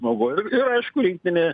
smagu ir ir aišku rinktinė